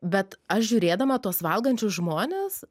bet aš žiūrėdama tuos valgančius žmones